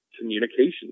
communication